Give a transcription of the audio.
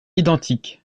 identiques